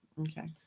Okay